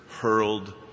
hurled